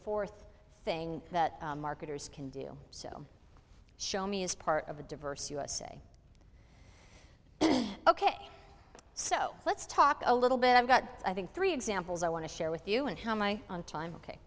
fourth thing that marketers can do so show me as part of a diverse usa ok so let's talk a little bit i've got i think three examples i want to share with you and how my on time ok